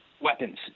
weapons